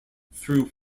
through